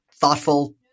thoughtful